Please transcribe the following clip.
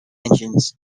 engines